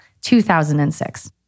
2006